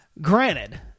Granted